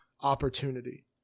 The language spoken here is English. opportunity